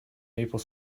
maple